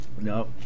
No